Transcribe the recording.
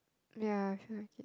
ya I feel like it